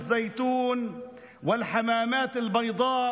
(אומר בערבית: